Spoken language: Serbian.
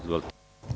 Izvolite.